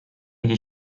اگه